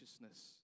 righteousness